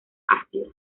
ácida